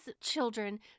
children